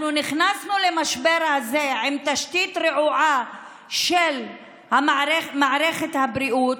אנחנו נכנסנו למשבר הזה עם תשתית רעועה של מערכת הבריאות,